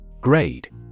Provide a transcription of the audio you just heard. Grade